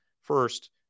First